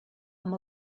amb